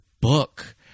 book